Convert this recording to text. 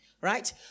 right